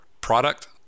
product